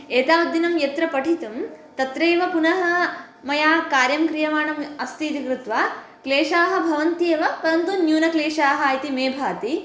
एतावद्दिनं यत्र पठितं तत्रैव पुनः मया कार्यं क्रियमाणम् अस्ति इति कृत्वा क्लेशाः भवन्ति एव परन्तु न्यूनक्लेशाः इति मे भाति